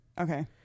okay